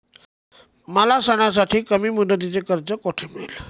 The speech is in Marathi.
मला सणासाठी कमी मुदतीचे कर्ज कोठे मिळेल?